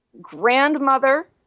grandmother